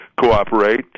cooperate